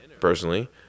personally